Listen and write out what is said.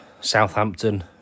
Southampton